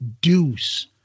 Deuce